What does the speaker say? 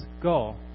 Go